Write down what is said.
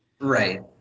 Right